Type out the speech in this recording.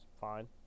fine